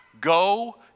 Go